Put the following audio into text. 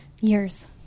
years